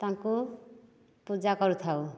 ତାଙ୍କୁ ପୂଜା କରୁଥାଉ